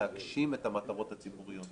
להגשים את המטרות הציבוריות שלנו,